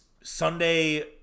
Sunday